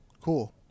Cool